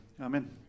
amen